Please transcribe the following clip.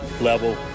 level